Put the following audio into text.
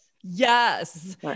Yes